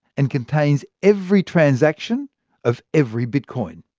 and contains every transaction of every bitcoin.